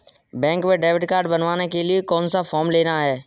Bank में debit card बनवाने के लिए कौन सा फॉर्म लेना है?